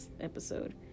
episode